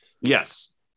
Yes